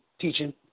teaching